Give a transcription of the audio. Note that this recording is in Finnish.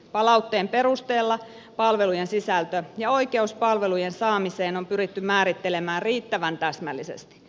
palautteen perusteella palvelujen sisältö ja oikeus palvelujen saamiseen on pyritty määrittelemään riittävän täsmällisesti